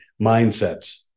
mindsets